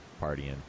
partying